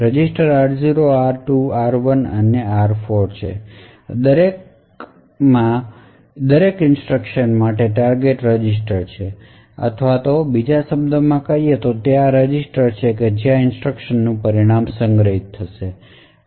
register r0 r2 r1 અને r4 છે જે ખરેખર દરેક ઇન્સટ્રકશન માટેના ટાર્ગેટ રજિસ્ટર છે અથવા બીજા શબ્દોમાં કહીએ તો આ તે રજિસ્ટર છે જ્યાં તે ઇન્સટ્રક્શન નું પરિણામ સંગ્રહિત થાય છે